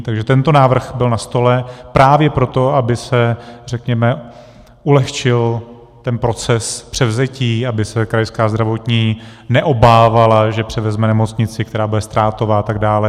Takže tento návrh byl na stole právě proto, aby se, řekněme, ulehčil ten proces převzetí, aby se Krajská zdravotní neobávala, že převezme nemocnici, která bude ztrátová atd.